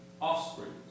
offspring